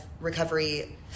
recovery